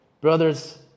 Brothers